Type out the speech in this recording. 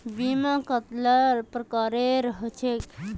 बीमा कतेला प्रकारेर होचे?